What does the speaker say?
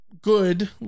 good